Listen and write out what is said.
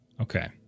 Okay